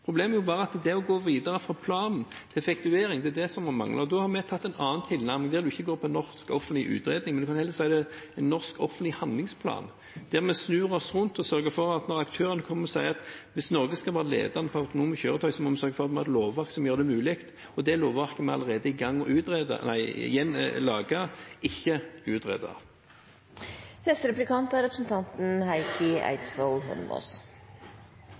Problemet er bare at det å gå videre fra planen – effektuering – det mangler. Da har vi hatt en annen tilnærming, der vi ikke går for en norsk offentlig utredning, men en kan heller si det er en norsk offentlig handlingsplan, der vi snur oss rundt og sørger for at når aktørene kommer og sier at hvis Norge skal være ledende på autonome kjøretøy, må vi sørge for at vi har et lovverk som gjør det mulig – da er vi allerede i gang med å lage, ikke utrede, det lovverket. Jeg synes denne aversjonen mot å utrede er